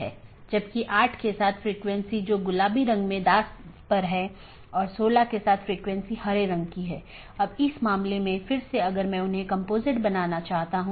तो यह AS संख्याओं का एक सेट या अनुक्रमिक सेट है जो नेटवर्क के भीतर इस राउटिंग की अनुमति देता है